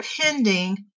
pending